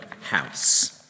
house